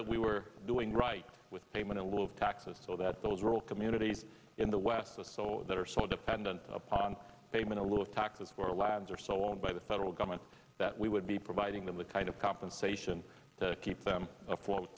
that we were doing right with payment a little of taxes so that those rural communities in the west the so that are so dependent upon payment a little taxes or labs or so on by the federal government that we would be providing them the kind of compensation to keep them afloat